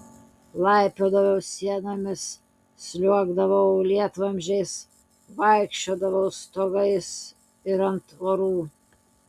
laipiodavau sienomis sliuogdavau lietvamzdžiais vaikščiodavau stogais ir ant tvorų